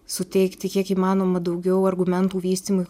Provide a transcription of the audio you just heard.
suteikti kiek įmanoma daugiau argumentų vystymui